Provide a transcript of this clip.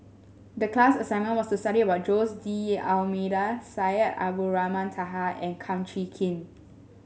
the class assignment was to study about Jose D'Almeida Syed Abdulrahman Taha and Kum Chee Kin